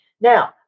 Now